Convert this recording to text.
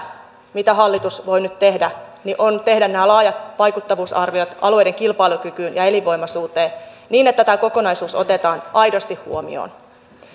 mitä hallitus voi nyt tehdä on tehdä nämä laajat vaikuttavuusarviot alueiden kilpailukykyyn ja elinvoimaisuuteen niin että tämä kokonaisuus otetaan aidosti huomioon